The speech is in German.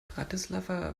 bratislava